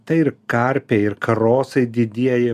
tai ir karpiai ir karosai didieji